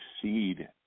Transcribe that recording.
succeed